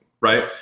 right